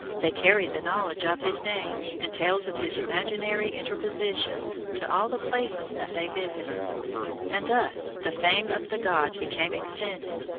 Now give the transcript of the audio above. they carried the knowledge of his name, and tales of his imaginary interpositions, to all the places that they visited and thus the fame of the god became extended,